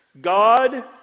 God